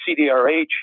CDRH